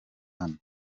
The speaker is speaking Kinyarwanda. hano